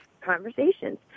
conversations